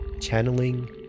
channeling